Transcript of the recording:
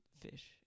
fish